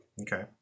Okay